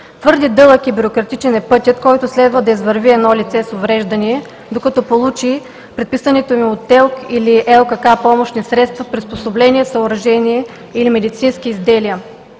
Твърде дълъг и бюрократичен е пътят, който следва да извърви едно лице с увреждания, докато получи предписаните му от ТЕЛК или ЛКК помощни средства, приспособления, съоръжения или медицински изделия.